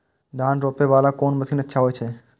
धान रोपे वाला कोन मशीन अच्छा होय छे?